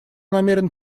намерен